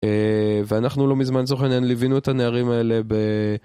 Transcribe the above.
ואנחנו לא מזמן, זוכנן, ליוינו את הנערים האלה ב...